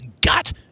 gut